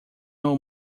know